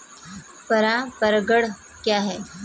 पर परागण क्या है?